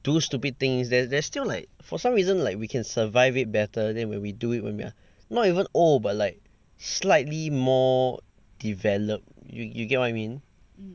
do stupid things there's there's still like for some reason like we can survive it better than when we do it when we are not even old but like slightly more developed you you get what I mean